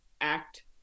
act